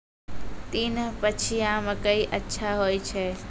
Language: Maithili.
तीन पछिया मकई अच्छा होय छै?